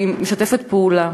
והיא משתפת פעולה.